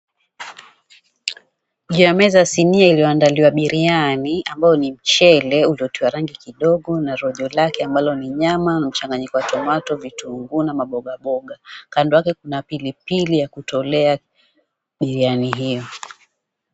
Juu ya meza sinia iliyoandaliwa biriani ambayo ni mchele uliotiwa rangi kidogo na rojo lake ambalo ni nyama, mchanganiko wa tomato , vitunguu na mamboga mboga. Kando yake kuna pilipili ya kutolea biriani hiyo.